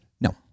No